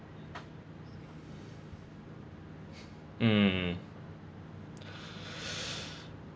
mm